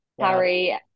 Harry